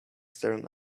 stern